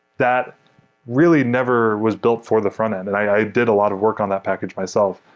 that really never was built for the frontend, and i did a lot of work on that package myself.